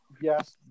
yes